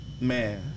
man